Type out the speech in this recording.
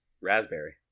raspberry